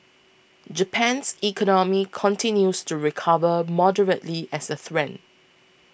Japan's economy continues to recover moderately as a